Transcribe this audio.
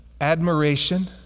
admiration